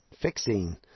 fixing